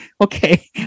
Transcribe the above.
Okay